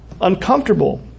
uncomfortable